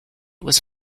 was